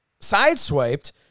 sideswiped